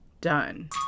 Done